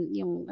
yung